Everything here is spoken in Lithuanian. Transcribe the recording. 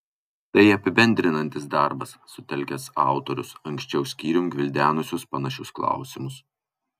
tai apibendrinantis darbas sutelkęs autorius anksčiau skyrium gvildenusius panašius klausimus